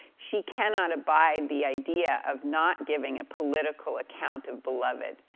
she cannot abide the idea of not giving a political account of beloved,